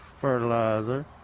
Fertilizer